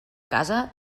casa